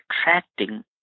attracting